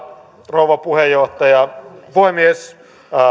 rouva puhemies